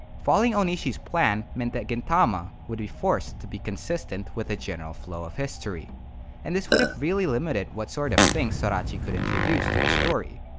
following onishi's plan meant that gin tama would be forced to be consistent with the general flow of history and this would have really limited what sort of things sorachi could introduce to the story.